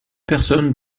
personne